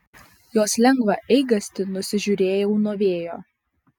jos lengvą eigastį nusižiūrėjau nuo vėjo